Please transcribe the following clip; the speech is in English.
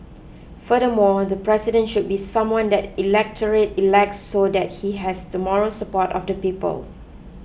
furthermore the president should be someone that the electorate elects so that he has the moral support of the people